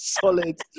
solid